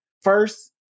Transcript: first